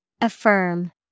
Affirm